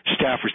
staffers